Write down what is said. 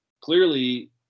clearly